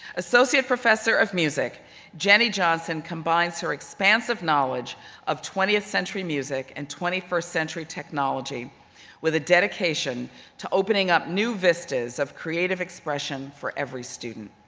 associate professor of music jenny johnson combines her expansive knowledge of twentieth century music and twenty first century technology with a dedication to opening up new vistas of creative expression for every student.